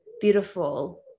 beautiful